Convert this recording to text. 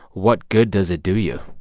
what good does it do you?